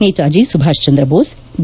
Netaji Subhash Chandra Bose B